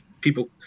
people